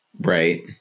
Right